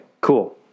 cool